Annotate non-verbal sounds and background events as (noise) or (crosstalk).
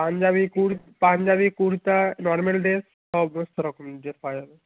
Punjabi (unintelligible) Punjabi kurta normal dress সমস্ত রকম dress পাওয়া যাবে